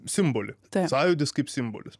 simbolį sąjūdis kaip simbolis